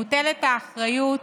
מוטלת האחריות